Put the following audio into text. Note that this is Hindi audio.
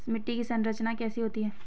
मिट्टी की संरचना कैसे होती है?